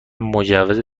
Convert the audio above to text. مجوز